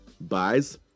buys